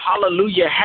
hallelujah